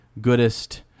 goodest